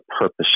purpose